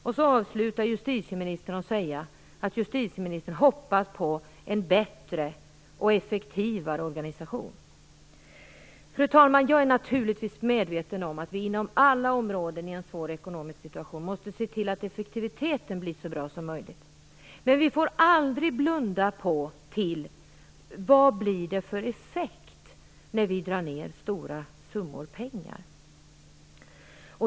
Och sedan avslutar justitieministern med att säga att hon hoppas på en bättre och effektivare organisation! Fru talman! Jag är naturligtvis medveten om att vi inom alla områden i en svår ekonomisk situation måste se till att effektiviteten blir så bra som möjligt. Men vi får aldrig blunda för effekten när man drar ned med stora summor pengar.